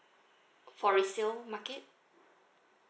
for resale market